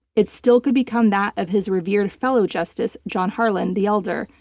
it still could become that of his revered fellow justice john harlan the elder,